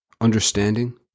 understanding